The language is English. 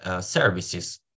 services